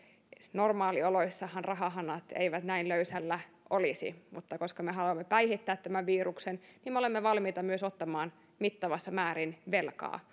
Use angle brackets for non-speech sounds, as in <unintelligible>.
normaalioloissahan rahahanat eivät näin löysällä olisi mutta koska me haluamme päihittää tämän viruksen me olemme valmiita myös ottamaan mittavassa määrin velkaa <unintelligible>